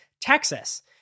Texas